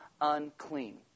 unclean